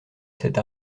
cette